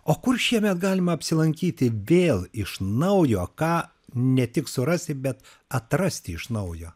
o kur šiemet galima apsilankyti vėl iš naujo ką ne tik surasti bet atrasti iš naujo